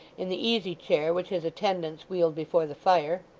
in the easy-chair which his attendants wheeled before the fire.